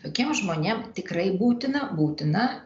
tokiem žmonėm tikrai būtina būtina